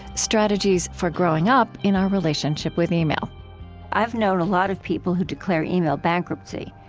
strategies for growing up in our relationship with email i've known a lot of people who declare email bankruptcy.